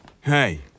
Hey